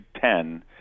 Ten